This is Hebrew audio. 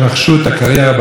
אין שום בעיה,